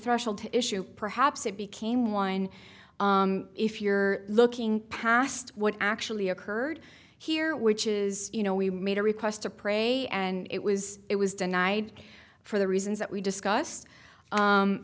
threshold issue perhaps it became one if you're looking past what actually occurred here which is you know we made a request to pray and it was it was denied for the reasons that we discuss